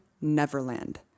Neverland